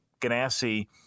Ganassi